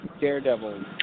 Daredevil